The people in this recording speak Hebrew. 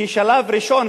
כשלב ראשון,